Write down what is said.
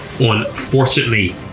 unfortunately